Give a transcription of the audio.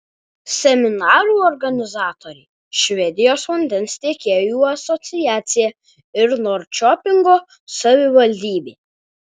seminarų organizatoriai švedijos vandens tiekėjų asociacija ir norčiopingo savivaldybė